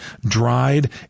dried